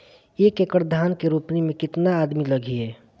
एक एकड़ धान के रोपनी मै कितनी आदमी लगीह?